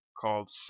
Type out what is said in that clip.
called